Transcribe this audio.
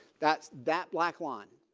that's that black line.